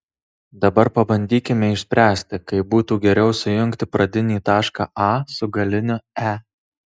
dabar pabandykime išspręsti kaip būtų geriau sujungti pradinį tašką a su galiniu e